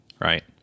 right